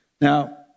Now